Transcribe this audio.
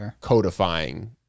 codifying